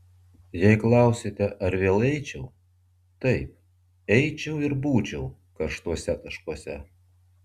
jei klausiate ar vėl eičiau taip eičiau ir būčiau karštuose taškuose